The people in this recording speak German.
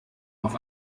auf